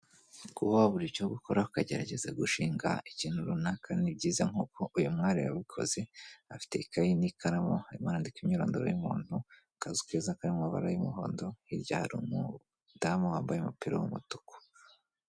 Kuba wabura icyo gukora ukagerageza gushinga ikintu runaka ni byiza nk'uko uyu mwari yabikoze afite ikayi n'ikaramu imdika imyirondoro y'umuntu akazu keza kari mu mabara y'umuhondo, hirya hari umudamu wambaye umupira w'umutuku.